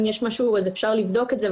אפשר לבדוק את זה,